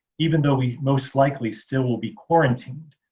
even though we most likely still will be quarantined?